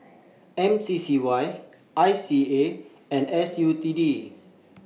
M C C Y I C A and S U T D